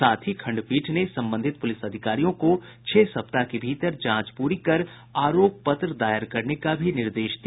साथ ही खंडपीठ ने संबंधित पुलिस अधिकारियों को छह सप्ताह के भीतर जांच पूरी कर आरोप पत्र दायर करने का भी निर्देश दिया